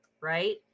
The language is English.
right